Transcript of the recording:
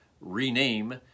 rename